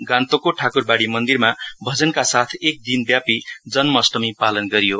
गान्तोकको ठाकुर बाडी मन्दिरमा भजनका साथ एक दिनव्यापी जन्माष्टमी पालन गरियो